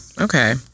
Okay